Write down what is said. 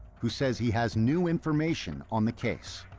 who says he has new information on the case.